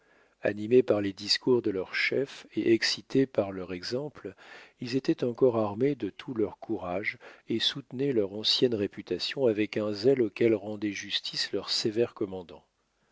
animés par les discours de leurs chefs et excités par leur exemple ils étaient encore armés de tout leur courage et soutenaient leur ancienne réputation avec un zèle auquel rendait justice leur sévère commandant